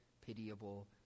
pitiable